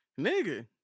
Nigga